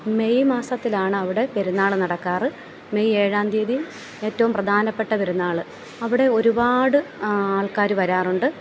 May മാസത്തിലാണ് അവിടെ പെരുന്നാൾ നടക്കാറ് മെയ് ഏഴാം തീയതി ഏറ്റവും പ്രധാനപ്പെട്ട പെരുന്നാൾ അവിടെ ഒരുപാട് ആൾക്കാർ വരാറുണ്ട്